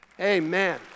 Amen